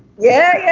yeah.